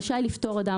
רשאי לפטור אדם,